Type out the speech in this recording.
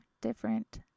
different